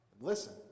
Listen